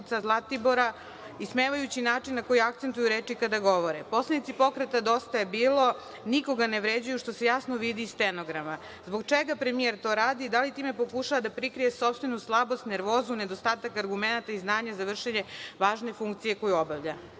ismevajući način na koji akcentuju reči kada govore? Poslanici pokreta DJB nikoga ne vređaju, što se jasno vidi iz stenograma. Zbog čega premijer to radi i da li time pokušava da prikrije sopstvenu slabost, nervozu, nedostatak argumenata i znanja za vršenje važne funkcije koju obavlja? Naredno